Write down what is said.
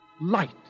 Light